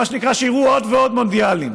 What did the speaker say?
מה שנקרא, שיראו עוד ועוד מונדיאלים.